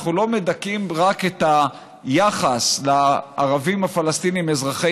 אנחנו לא מדכאים רק את היחס לערבים הפלסטינים אזרחי